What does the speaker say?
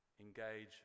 engage